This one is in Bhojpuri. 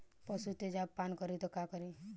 पशु तेजाब पान करी त का करी?